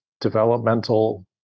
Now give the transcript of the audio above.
developmental